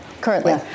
currently